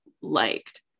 liked